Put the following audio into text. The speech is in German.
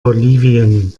bolivien